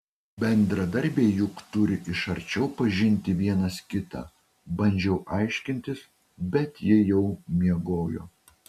bendradarbiai juk turi iš arčiau pažinti vienas kitą bandžiau aiškintis bet ji jau miegojo